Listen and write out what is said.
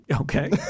Okay